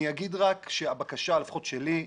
אני אומר רק שהבקשה, לפחות שלי,